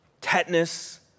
tetanus